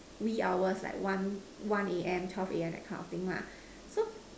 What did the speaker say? wee hours like one one A_M twelve A_M that kind of thing lah so